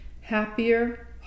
happier